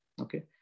Okay